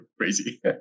crazy